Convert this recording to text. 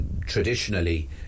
Traditionally